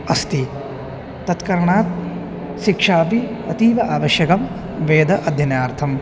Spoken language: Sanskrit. अस्ति तत्करणात् शिक्षापि अतीव आवश्यकं वेदाध्ययनार्थम्